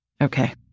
Okay